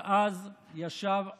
שישב אז עמוק